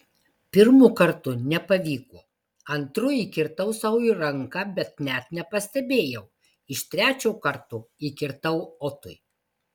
pirmu kartu nepavyko antru įkirtau sau į ranką bet net nepastebėjau iš trečio karto įkirtau otui